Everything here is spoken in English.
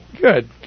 Good